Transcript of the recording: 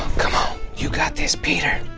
come on, you got this, peter.